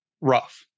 rough